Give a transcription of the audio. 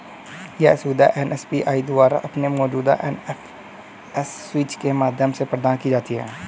यह सुविधा एन.पी.सी.आई द्वारा अपने मौजूदा एन.एफ.एस स्विच के माध्यम से प्रदान की जाती है